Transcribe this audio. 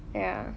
ya